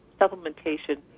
supplementation